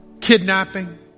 kidnapping